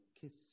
kiss